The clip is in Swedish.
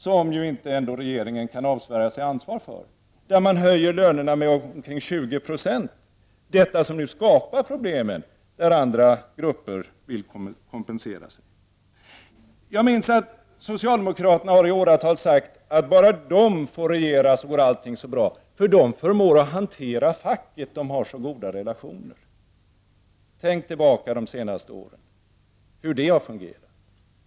Regeringen kan ju ändå inte avsvära sig ansvar för att dessa löner höjs med omkring 20 90, vilket skapar problem när andra vill kompensera sig. Jag påminner mig att socialdemokraterna har i åratal sagt att bara de får regera går allting bra, för de har så goda relationer med facket. Tänk efter hur det har fungerat under de senaste åren.